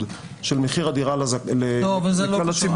של מחיר הדירה לכלל הציבור -- אבל זה לא קשור.